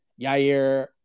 Yair